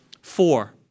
Four